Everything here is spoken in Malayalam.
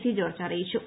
സി ജോർജ് അറിയിച്ചു